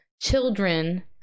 Children